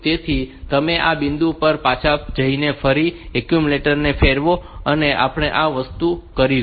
તેથી તમે આ બિંદુ પર પાછા જઈને ફરીથી એક્યુમ્યુલેટર ને ફેરવો અને આપણે આ વસ્તુ કરીશું